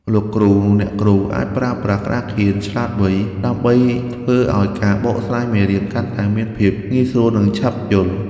លោកគ្រូអ្នកគ្រូអាចប្រើប្រាស់ក្តារខៀនឆ្លាតវៃ ដើម្បីធ្វើឱ្យការបកស្រាយមេរៀនកាន់តែមានភាពងាយស្រួលនិងឆាប់យល់។